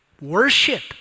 worship